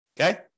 Okay